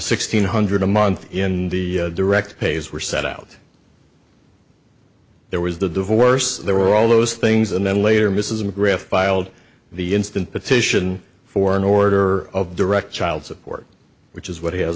sixteen hundred a month in the direct pays were sent out there was the divorce there were all those things and then later mrs mcgrath filed the instant petition for an order of direct child support which is what h